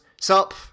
sup